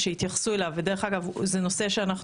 שדרך אגב אני